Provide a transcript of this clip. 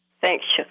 Thanks